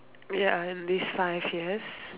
ya and this five years